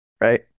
Right